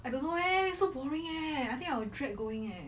I don't know eh so boring eh I think I will dread going eh